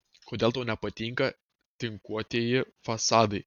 kodėl tau nepatinka tinkuotieji fasadai